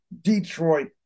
Detroit